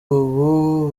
ubu